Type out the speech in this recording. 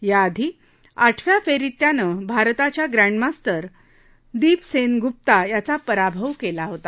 याआधी आठव्या फेरीत त्यानं भारताच्या ग्रँडमास्टर दीप सेनगुप्ता याचा पराभव केला होता